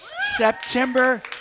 September